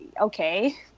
okay